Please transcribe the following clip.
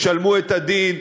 ישלמו את הדין,